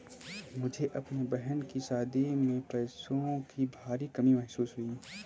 मुझे अपने बहन की शादी में पैसों की भारी कमी महसूस हुई